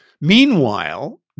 Meanwhile